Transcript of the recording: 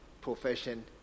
profession